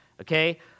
Okay